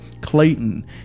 Clayton